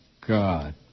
God